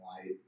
light